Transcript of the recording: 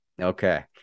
okay